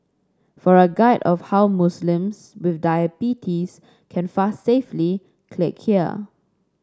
for a guide of how Muslims with diabetes can fast safely click here